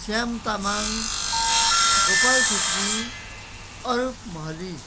Shyam Tamang Gopal Chhetri Arup Mahari